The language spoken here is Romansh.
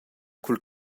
cul